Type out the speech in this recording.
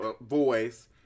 voice